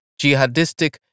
jihadistic